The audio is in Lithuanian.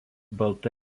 balta